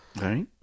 Right